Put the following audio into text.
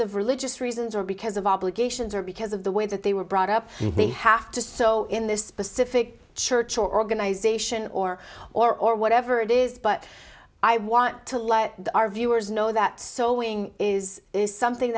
of religious reasons or because of obligations or because of the way that they were brought up they have to so in this specific church or organization or or or whatever it is but i want to let our viewers know that sewing is something